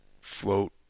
Float